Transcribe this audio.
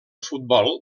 futbol